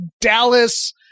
Dallas